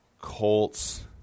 Colts